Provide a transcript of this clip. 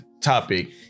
topic